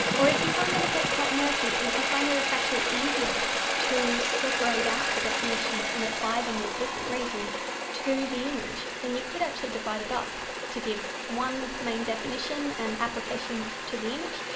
or if you find that it gets quite murky, if you find that it's actually easier to separate out the definitions and apply them with different reasoning to the image then you could actually divide it up to give one main definition and application to the image,